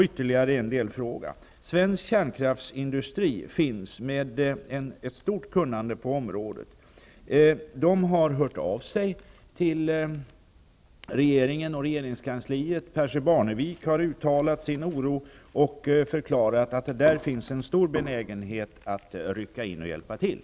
Ytterligare en delfråga: Svensk kärnkraftsindustri har ett stort kunnande på området. Den har hört av sig till regeringskansliet. Percy Barnevik har uttalat sin oro och förklarat att där finns en stor benägenhet att rycka in och hjälpa till.